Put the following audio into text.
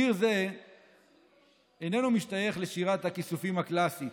שיר זה איננו משתייך לשירת הכיסופים הקלאסית,